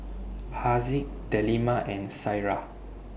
Haziq Delima and Syirah